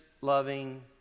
loving